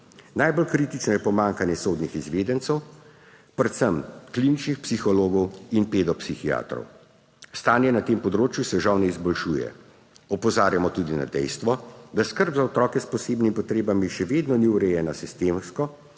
Najbolj kritično je pomanjkanje sodnih izvedencev, predvsem kliničnih psihologov in pedopsihiatrov. Stanje na tem področju se žal ne izboljšuje. Opozarjamo tudi na dejstvo, da skrb za otroke s posebnimi potrebami še vedno ni urejena sistemsko,